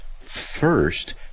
First